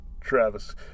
travis